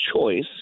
choice